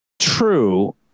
true